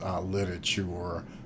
literature